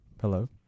Hello